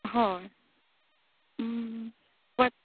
हय वच